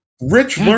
Rich